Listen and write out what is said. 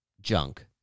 junk